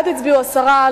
בעד הצביעו עשרה,